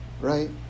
right